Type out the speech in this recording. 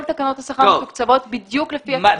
כל תקנות השכר מתוקצבות בדיוק לפי הצרכים של העובדים.